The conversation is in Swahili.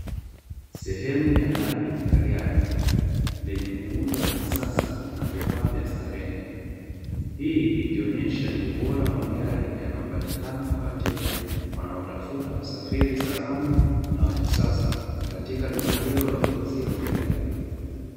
Sehemu ya ndani ya gari lenye muundo wa kisasa na vifaa vya starehe, hii ikionyesha ubora wa magari yanayopatikana kwa wateja wanaotafuta usafiri salama na wa kisasa katika duka hilo la kuuzia magari.